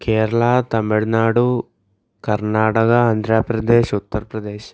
Kerala Tamil Nadu Karnataka Andhra Pradesh Uttar Pradesh